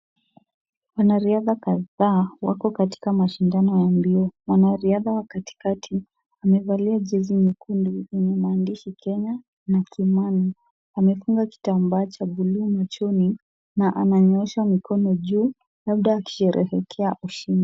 Wanariadha kadhaa wako katika mashindano ya mbio. Mwanariadha wa katikati amevalia jezi nyekundu yenye maandishi Kenya na Kimani. Amefunga kitambaa cha blue machoni na ananyoosha mikono juu, labda akisherehekea ushindi.